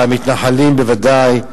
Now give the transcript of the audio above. והמתנחלים בוודאי.